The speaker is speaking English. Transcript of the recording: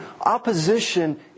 opposition